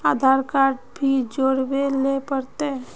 आधार card भी जोरबे ले पड़ते?